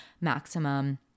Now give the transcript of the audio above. maximum